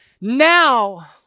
now